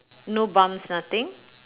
no bumps nothing